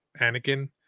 Anakin